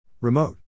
Remote